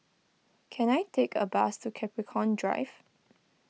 can I take a bus to Capricorn Drive